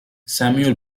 samuel